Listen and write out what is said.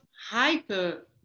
hyper